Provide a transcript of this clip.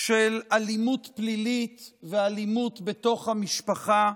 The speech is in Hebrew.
של אלימות פלילית ואלימות בתוך המשפחה,